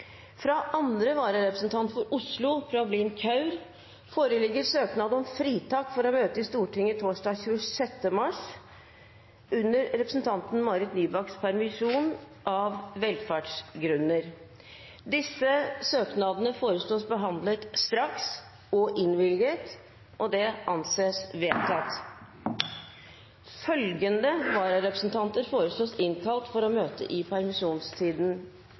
Fra andre vararepresentant for Oslo, Prableen Kaur, foreligger søknad om fritak for å møte i Stortinget torsdag 26. mars under representanten Marit Nybakks permisjon, av velferdsgrunner. Etter forslag fra presidenten ble enstemmig besluttet: Søknadene behandles straks og innvilges. Følgende vararepresentanter innkalles for å møte i permisjonstiden: